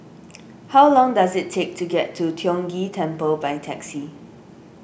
how long does it take to get to Tiong Ghee Temple by taxi